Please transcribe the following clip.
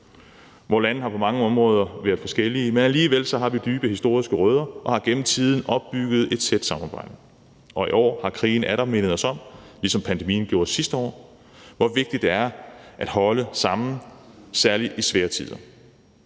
Vore lande har på mange områder været forskellige, men alligevel har vi dybe historiske rødder og har gennem tiden opbygget et tæt samarbejde. I år har krigen atter mindet os om, ligesom pandemien gjorde sidste år, hvor vigtigt det er at holde sammen, særlig i svære tider.